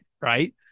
Right